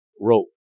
wrote